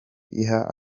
iha